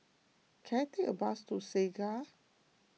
can I take a bus to Segar